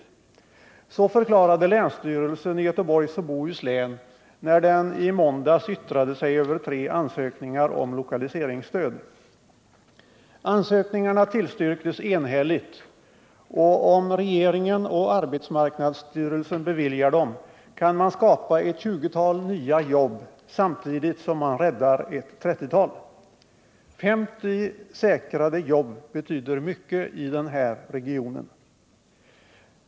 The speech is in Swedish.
Detta förklarade länsstyrelsen i Göteborgs och Bohus län, när den i måndags yttrade sig över tre ansökningar om lokaliseringsstöd. Ansökningarna tillstyrktes enhälligt, och om regeringen och arbetsmarknadsstyrelsen beviljar dem, kan man skapa ett 20-tal nya jobb samtidigt som man räddar ett 30-tal. 50 säkrade jobb betyder mycket i den här regionen.